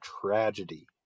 tragedy